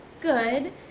good